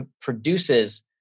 produces